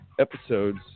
episodes